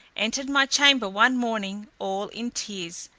entered my chamber one morning all in tears.